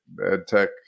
EdTech